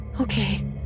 Okay